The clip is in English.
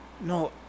No